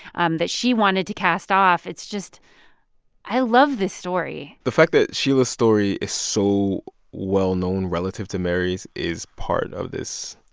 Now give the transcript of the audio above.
um that she wanted to cast off. it's just i love this story the fact that sheila's story is so well-known relative to mary's is part of this.